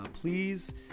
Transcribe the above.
Please